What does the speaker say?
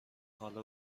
حالا